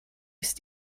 ist